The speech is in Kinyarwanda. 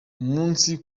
umunsi